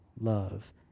love